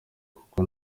kuko